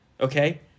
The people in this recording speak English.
Okay